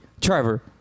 Trevor